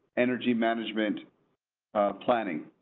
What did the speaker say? energy management planning